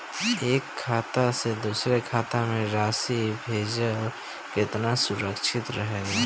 एक खाता से दूसर खाता में राशि भेजल केतना सुरक्षित रहेला?